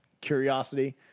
curiosity